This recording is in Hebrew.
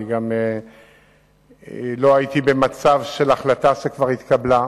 גם לא הייתי במצב של החלטה שכבר התקבלה,